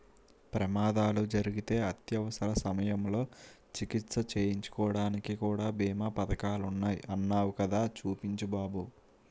ప్రమాదాలు జరిగితే అత్యవసర సమయంలో చికిత్స చేయించుకోడానికి కూడా బీమా పదకాలున్నాయ్ అన్నావ్ కదా చూపించు బాబు